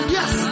Yes